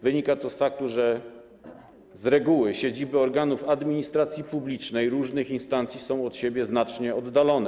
Wynika to z faktu, że z reguły siedziby organów administracji publicznej różnych instancji są od siebie znacznie oddalone.